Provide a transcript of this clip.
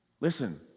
listen